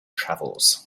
travels